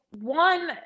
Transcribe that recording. one